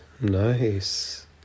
Nice